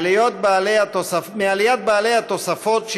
מעליית בעלי התוספות,